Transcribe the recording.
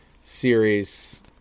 series